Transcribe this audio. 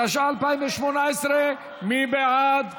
התשע"ח 2018. מי בעד?